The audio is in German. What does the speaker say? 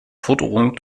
forderungen